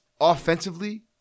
offensively